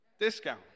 discount